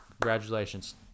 congratulations